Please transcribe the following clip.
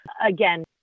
Again